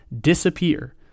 disappear